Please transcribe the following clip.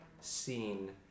seen